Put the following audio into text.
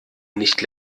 nicht